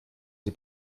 sie